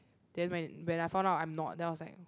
then when when I found out I'm not then I was like